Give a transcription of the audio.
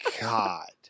God